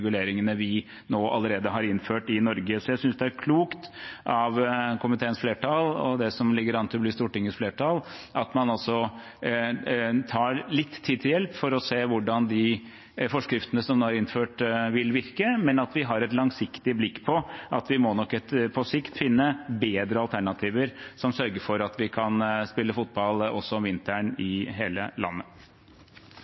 vi nå allerede har innført i Norge. Så jeg synes det er klokt av komiteens flertall – og det som ligger an til å bli Stortingets flertall – at man tar litt tid til hjelp for å se hvordan de forskriftene som nå er innført, vil virke, men at vi har et langsiktig blikk på at vi må nok på sikt finne bedre alternativer som sørger for at vi kan spille fotball også om vinteren i